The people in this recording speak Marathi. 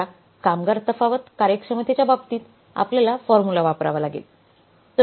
आता कामगार तफावत कार्यक्षमतेच्या बाबतीत आपल्याला फॉर्म्युला वापरावा लागेल